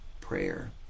prayer